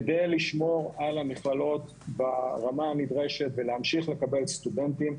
כדי לשמור על המכללות ברמה הנדרשת ולהמשיך לקבל סטודנטים,